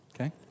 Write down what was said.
okay